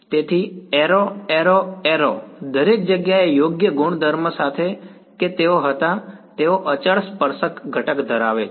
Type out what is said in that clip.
તેથી arrow arrow arrow દરેક જગ્યાએ યોગ્ય ગુણધર્મ સાથે કે તેઓ હતા તેઓ અચળ સ્પર્શક ઘટક ધરાવે છે